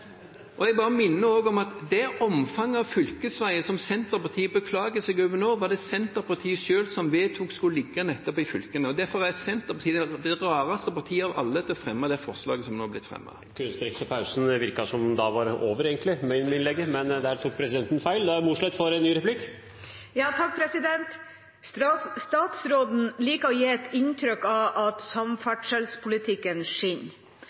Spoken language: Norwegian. Hvis jeg kan få fullføre, for jeg har 15 sekunder igjen: Jeg vil bare minne om at det omfanget av fylkesveier som Senterpartiet beklager seg over nå, var det Senterpartiet selv som vedtok skulle ligge nettopp i fylkene. Derfor er Senterpartiet det rareste partiet av alle til å fremme det forslaget som nå har blitt fremmet. Det virket som om replikken var over, men det var en kunstpause, så der tok presidenten feil. Statsråden liker å gi et inntrykk av at samferdselspolitikken skinner.